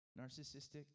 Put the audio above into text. narcissistic